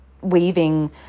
weaving